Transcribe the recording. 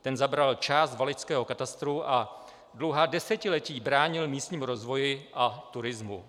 Ten zabral část valečského katastru a dlouhá desetiletí bránil místním v rozvoji a turismu.